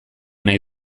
nahi